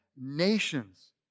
nations